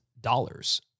dollars